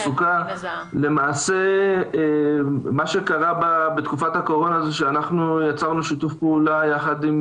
מה שקרה בתקופת הקורונה זה שאנחנו יצרנו שיתוף פעולה יחד עם